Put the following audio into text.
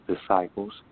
disciples